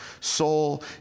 soul